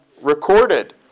recorded